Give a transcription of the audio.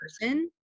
person